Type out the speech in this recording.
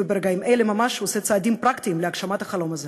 וברגעים אלה ממש עושה צעדים פרקטיים להגשמת החלום הזה.